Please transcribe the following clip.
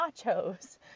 nachos